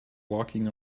walking